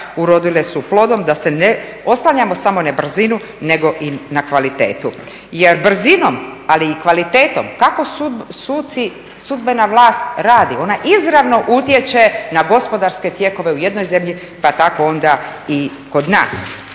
urodile su plodom da se ne oslanjamo samo na brzinu nego i na kvalitetu. Jer brzinom, ali i kvalitetom, kako suci, sudbena vlast radi, ona izravno utječe na gospodarske tijekove u jednoj zemlji, pa tako onda i kod nas